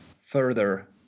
further